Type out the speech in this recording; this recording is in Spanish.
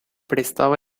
prestaba